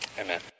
Amen